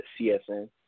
CSN